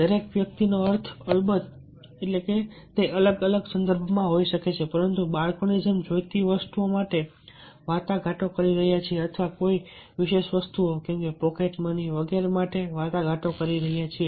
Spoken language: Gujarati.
દરેક વ્યક્તિનો અર્થ અલબત્ત તે અલગ અલગ સંદર્ભમાં હોઈ શકે છે પરંતુ બાળકો ની જેમ જોઈતી વસ્તુઓ માટે વાટાઘાટો કરી રહ્યા છીએ અથવા કોઈ વિશેષ વસ્તુઓ પોકેટ મની વગેરે માટે વાટાઘાટો કરી છે